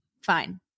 Fine